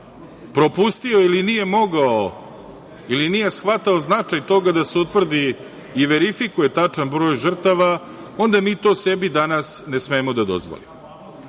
propustio ili nije mogao ili nije shvatao značaj toga da se utvrdi i verifikuje tačan broj žrtava, onda mi to sebi danas ne smemo da dozvolimo. Predlog